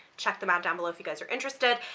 check them out down below if you guys are interested.